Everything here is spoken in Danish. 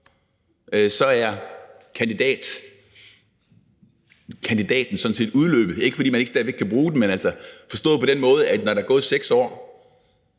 sådan set udløbet, ikke fordi man ikke stadig væk ville kunne bruge den, men forstået på den måde, at når der er gået 6 år,